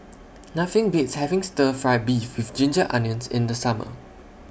Nothing Beats having Stir Fry Beef with Ginger Onions in The Summer